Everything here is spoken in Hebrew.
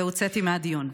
והוצאתי מהדיון.